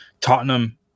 Tottenham